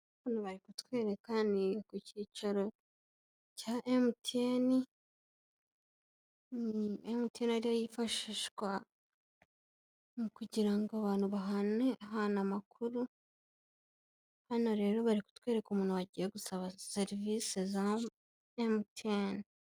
Bari kutwereka ku cyicaro cya emutiyeni yifashishwa mu kugira ngo abantu bahanahana amakuru hano rero bari kutwereka umuntu wagiye gusaba serivisi za emutiyeni.